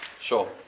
Sure